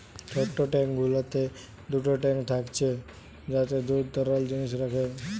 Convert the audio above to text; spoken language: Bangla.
ছোট ট্যাঙ্ক গুলোতে দুটো ট্যাঙ্ক থাকছে যাতে দুধ তরল জিনিস রাখে